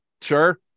Sure